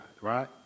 right